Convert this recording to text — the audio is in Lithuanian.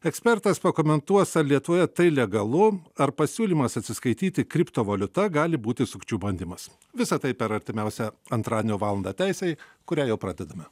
ekspertas pakomentuos lietuvoje tai legalu ar pasiūlymas atsiskaityti kriptovaliuta gali būti sukčių bandymas visa tai per artimiausią antradienio valandą teisei kurią jau pradedame